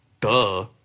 Duh